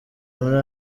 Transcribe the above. muri